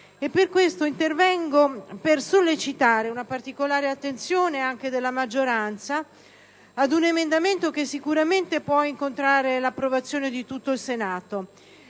per questo intervengo per sollecitare una particolare attenzione, anche della maggioranza, ad un emendamento che sicuramente può incontrare l'approvazione di tutto il Senato.